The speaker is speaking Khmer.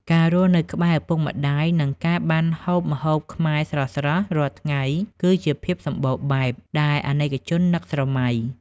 ការរស់នៅក្បែរឪពុកម្តាយ និងការបានហូបម្ហូបខ្មែរស្រស់ៗរាល់ថ្ងៃ គឺជា "ភាពសំបូរបែប" ដែលអាណិកជននឹកស្រមៃ។